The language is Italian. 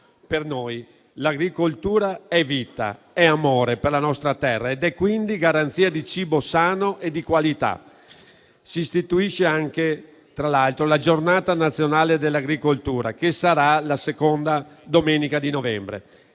Per noi l'agricoltura è vita, è amore per la nostra terra ed è quindi garanzia di cibo sano e di qualità. Si istituisce, tra l'altro, la Giornata nazionale dell'agricoltura, che sarà la seconda domenica di novembre.